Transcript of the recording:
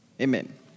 Amen